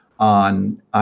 on